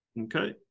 Okay